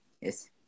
Yes